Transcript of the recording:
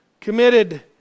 committed